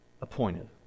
appointed